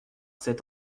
cet